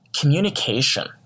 Communication